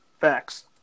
Facts